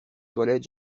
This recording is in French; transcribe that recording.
toilettes